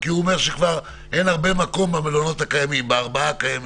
כי הוא אומר שכבר אין הרבה מקום בארבעת המלונות הקיימים.